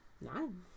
nine